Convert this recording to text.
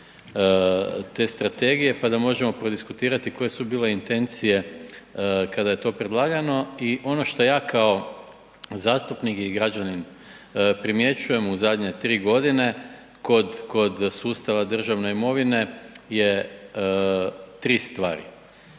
te strategije pa da možemo prodiskutirati koje su bile intencije kada je to predlagano i ono što ja kao zastupnik i građanin primjećujem u zadnje 3 godine kod sustava državne imovine je tri stvari.